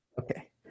okay